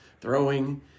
throwing